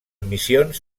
missions